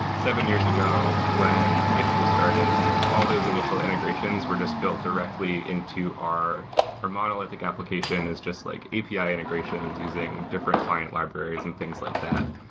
seven years ago when ifttt was started, all those initial integrations were just built directly into our our model. i think application is just like api integrations using different client libraries and things like that.